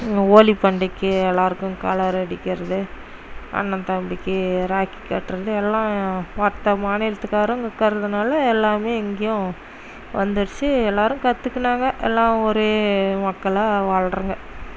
ஹோலி பண்டிகை எல்லோருக்கும் கலர் அடிக்கிறது அண்ணன் தம்பிக்கு ராக்கி கட்டுறது எல்லாம் மற்ற மாநிலத்துகாரவங்க இருக்குறதுனால எல்லாமே இங்கேயும் வந்துடுச்சு எல்லோரும் கற்றுக்குனாங்க எல்லாம் ஒரே மக்களாக வாழ்கிறங்க